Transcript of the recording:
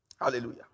Hallelujah